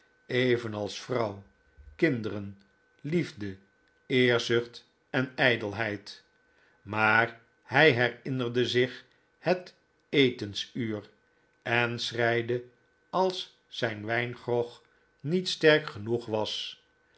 evenals vrouw kinderen liefde eerzucht en ijdelheid maar hij herinnerde zich het etensuur en schreide als zijn wijngrog niet sterk genoeg was